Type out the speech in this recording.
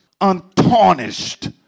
untarnished